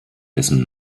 dessen